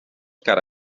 cara